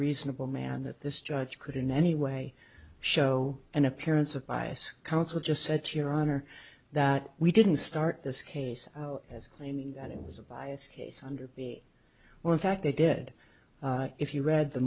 reasonable man that this judge could in any way show an appearance of bias counsel just set your honor that we didn't start this case as claiming that it was a bias case under the well in fact they did if you read the